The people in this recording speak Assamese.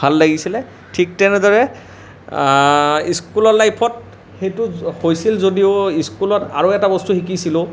ভাল লাগিছিলে ঠিক তেনেদৰে ইস্কুলৰ লাইফত সেইটো হৈছিল যদিও ইস্কুলত আৰু এটা বস্তু শিকিছিলোঁ